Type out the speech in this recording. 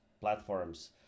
platforms